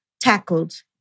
tackled